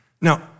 Now